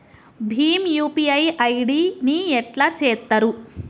Bhim UPI ID ని ఎట్లా చేత్తరు?